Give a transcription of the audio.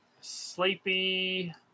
Sleepy